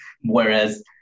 whereas